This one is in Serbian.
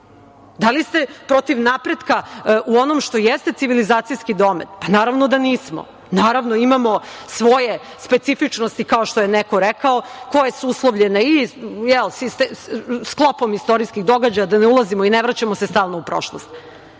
Da li ste protiv napretka u onom što jeste civilizacijski domet? Naravno da nismo. Naravno, imamo svoje specifičnosti, kao što je neko rekao, koje su uslovljene sklopom istorijskih događaja, da ne ulazimo i ne vraćamo se stalno u prošlost,